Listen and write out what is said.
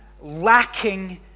lacking